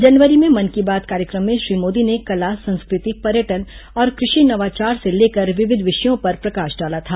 जनवरी मे मन की बात कार्यक्रम में श्री मोदी ने कला संस्कृति पर्यटन और कृषि नवाचार से लेकर विविध विषयों पर प्रकाश डाला था